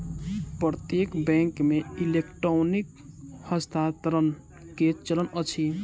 प्रत्यक्ष बैंक मे इलेक्ट्रॉनिक हस्तांतरण के चलन अछि